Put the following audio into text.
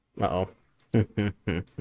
Uh-oh